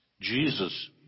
Jesus